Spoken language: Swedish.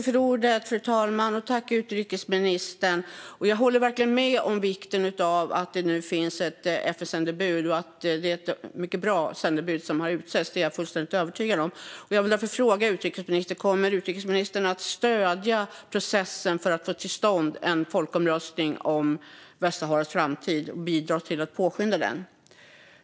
Fru talman! Jag tackar utrikesministern för svaret. Jag håller verkligen med om vikten av att det nu finns ett FN-sändebud, och att det är ett mycket bra sändebud som har utsetts är jag fullständigt övertygad om. Jag vill därför fråga utrikesministern om hon kommer att stödja processen för att få till stånd en folkomröstning om Västsaharas framtid och bidra till att påskynda den.